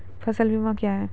फसल बीमा क्या हैं?